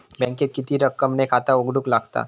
बँकेत किती रक्कम ने खाता उघडूक लागता?